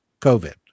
COVID